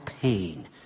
pain